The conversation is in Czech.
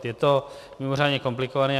Je to mimořádně komplikované.